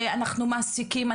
שאנחנו מעסיקים.